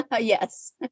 Yes